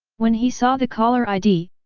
when he saw the caller id,